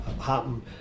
happen